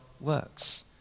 works